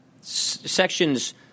Sections